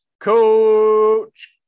coach